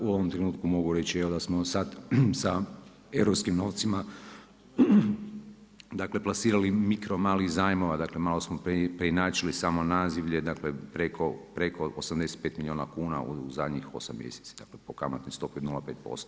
U ovom trenutku mogu reći da smo sada sa europskim novcima plasirali mikromalih zajmova, dakle malo smo preinačili samo nazivlje, dakle preko 85 milijuna kuna u zadnjih osam mjeseci po kamatnoj stopi od 0,5%